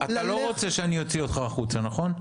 אתה לא רוצה שאני אוציא אותך החוצה, נכון?